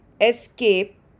escape